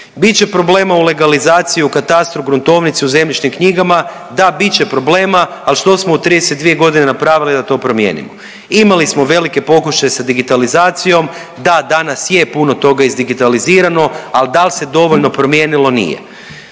Bit će problema u legalizaciji, u katastru, u gruntovnici, u zemljišnim knjigama. Da, bit će problema, ali što smo u 32 godine napravili da to promijenimo? Imali smo velike pokušaje sa digitalizacijom, da danas je puno toga izdigitalizirano, ali se dovoljno promijenilo? Nije.